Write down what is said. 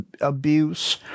abuse